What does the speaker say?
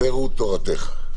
הפרו תורתך".